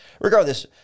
regardless